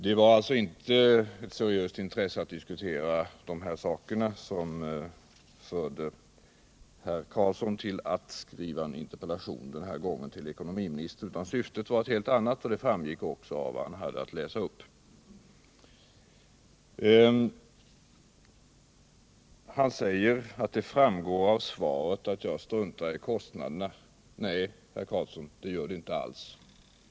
Det var alltså inte något seriöst intresse av att diskutera de här frågorna som drev herr Carlsson att denna gång rikta interpellationen till ekonomiministern, utan syftet var något helt annat, och det framgick också av vad han hade att läsa upp. Han säger att det framgår av svaret att jag struntar i kostnaderna. Nej, det gör det inte alls.